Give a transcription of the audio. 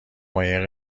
ماهی